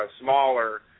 smaller